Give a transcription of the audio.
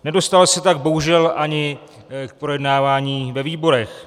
Nedostalo se tak bohužel ani k projednávání ve výborech.